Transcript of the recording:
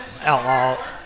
outlaw